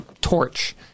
Torch